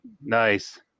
Nice